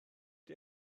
ydy